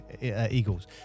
Eagles